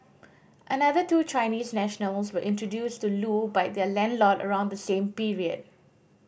another two Chinese nationals were introduced to Loo by their landlord around the same period